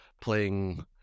playing